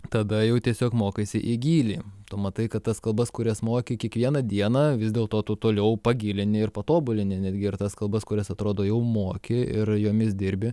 tada jau tiesiog mokaisi į gylį tu matai kad tas kalbas kurias moki kiekvieną dieną vis dėl to tu toliau pagilini ir patobulini netgi ir tas kalbas kurias atrodo jau moki ir jomis dirbi